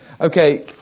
Okay